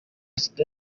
assad